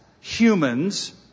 humans